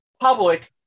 public